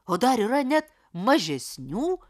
o dar yra net mažesnių